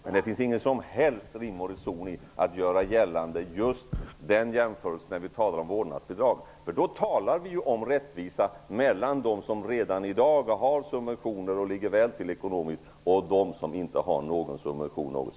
Men det finns ingen som helst rim och reson i att göra den jämförelsen när vi talar om vårdnadsbidrag, för då talar vi ju om rättvisa mellan dem som redan i dag har subventioner och ligger väl till ekonomiskt och dem som inte har någon subvention alls.